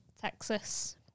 Texas